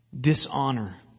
dishonor